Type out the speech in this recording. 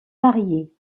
varier